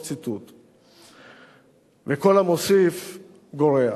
וכל המוסיף גורע.